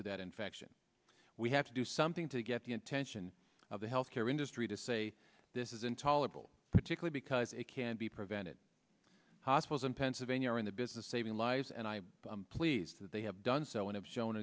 to that infection we have to do something to get the attention of the health care industry to say this is intolerable particular because it can be prevented possibles in pennsylvania or in the business saving lives and i pleased that they have done so and have shown